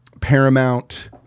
Paramount